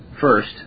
first